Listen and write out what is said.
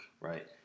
right